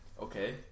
Okay